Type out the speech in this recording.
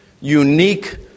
unique